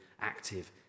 active